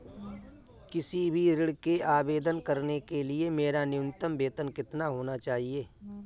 किसी भी ऋण के आवेदन करने के लिए मेरा न्यूनतम वेतन कितना होना चाहिए?